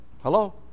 Hello